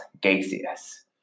gaseous